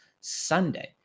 Sunday